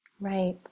right